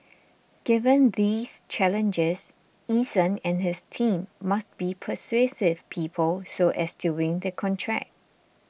given these challenges Eason and his team must be persuasive people so as to win the contract